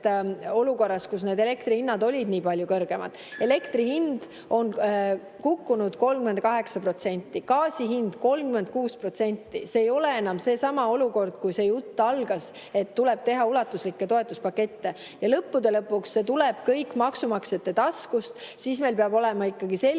olukorrast, kui elektrihinnad olid nii palju kõrgemad. Elektri hind on kukkunud 38%, gaasi hind 36%. See ei ole enam seesama olukord, kus see jutt algas, et tuleb teha ulatuslikke toetuspakette. Ja lõppude lõpuks tuleb see kõik maksumaksjate taskust. Meil peab olema selge